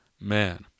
man